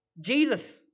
Jesus